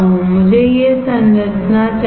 मुझे यह संरचना चाहिए